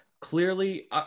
clearly